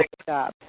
stop